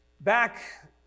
Back